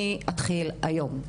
אני אתחיל היום.